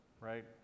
right